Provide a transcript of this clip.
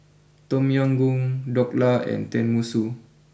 Tom Yam Goong Dhokla and Tenmusu